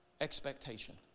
expectation